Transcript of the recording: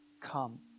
come